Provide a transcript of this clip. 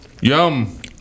Yum